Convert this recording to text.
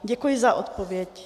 Děkuji za odpověď.